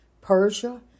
Persia